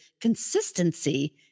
consistency